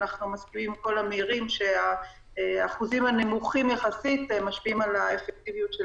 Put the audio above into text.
כמובן שהאחוזים הנמוכים יחסית משפיעים על האפקטיביות.